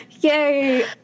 Yay